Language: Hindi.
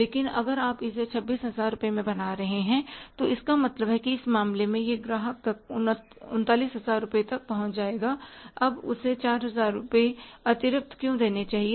लेकिन अगर आप इसे 26000 रुपये में बना रहे हैं तो इसका मतलब है कि इस मामले में यह ग्राहक तक 39000 रुपये तक पहुंच जाएगा अब उसे 4000 रुपये अतिरिक्त क्यों देने चाहिए